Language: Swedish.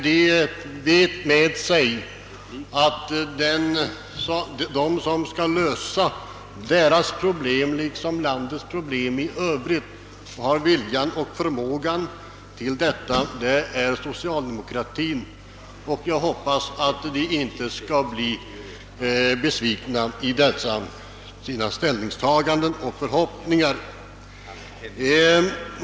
De vet med sig att de som skall lösa dagens problem liksom landets problem i övrigt har viljan och förmågan till detta, det gör socialdemokratin. Jag hoppas att de inte skall bli besvikna i dessa förhoppningar.